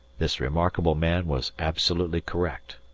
this remarkable man was absolutely correct.